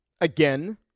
again